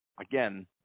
again